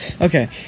Okay